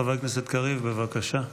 חבר הכנסת קריב, בבקשה.